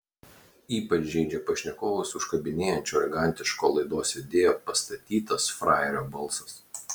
ypač žeidžia pašnekovus užkabinėjančio arogantiško laidos vedėjo pastatytas frajerio balsas